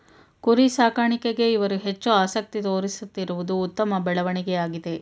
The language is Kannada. ಕುರಿ ಸಾಕಾಣಿಕೆಗೆ ಇವರು ಹೆಚ್ಚು ಆಸಕ್ತಿ ತೋರಿಸುತ್ತಿರುವುದು ಉತ್ತಮ ಬೆಳವಣಿಗೆಯಾಗಿದೆ